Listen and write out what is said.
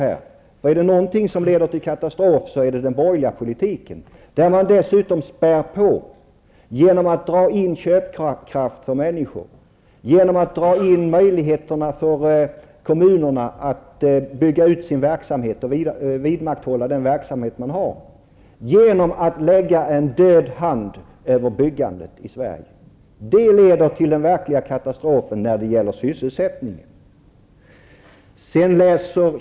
Är det någonting som leder till katastrof är det den borgerliga politiken, där man dessutom spär på genom att dra in köpkraft för människor, genom att dra in möjligheterna för kommunerna att bygga ut sin verksamhet och vidmakthålla den verksamhet man har, genom att lägga en död hand över byggandet i Sverige. Det leder till den verkliga katastrofen när det gäller sysselsättningen.